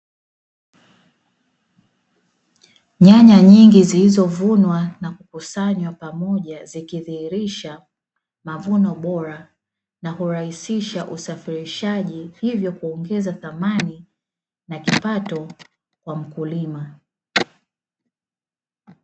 Nyanya nyingi zilizovunwa na kukusanywa pamoja zikidhihirisha mavuno bora na kurahisisha usafirishaji, hivyo kuongeza thamani na kipato wa mkulima.